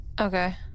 Okay